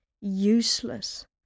useless